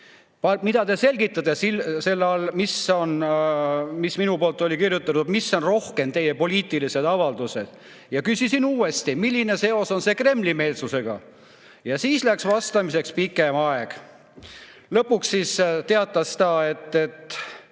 mida te [mõtlete] selle all, et mis minu poolt oli kirjutatud, on rohkem minu poliitiline avaldus, ja küsisin uuesti, milline seos on sel Kremli-meelsusega. Ja siis läks vastamiseks pikem aeg. Lõpuks teatas ta, et